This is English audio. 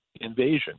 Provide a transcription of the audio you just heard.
invasion